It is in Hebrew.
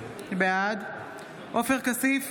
בעד עופר כסיף,